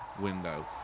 window